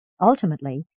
Ultimately